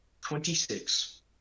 Twenty-six